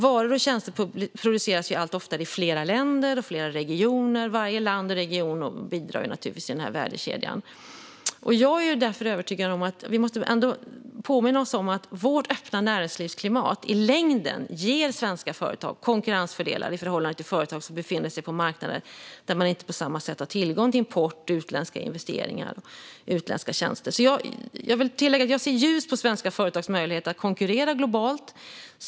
Varor och tjänster produceras allt oftare i flera länder och regioner, och varje land och region bidrar givetvis till denna värdekedja. Låt oss påminna oss om att vårt öppna näringslivsklimat i längden ger svenska företag konkurrensfördelar i förhållande till företag som befinner sig på marknader där man inte på samma sätt har tillgång till import och utländska investeringar och tjänster. Jag ser ljust på svenska företags möjlighet att konkurrera globalt.